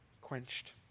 quenched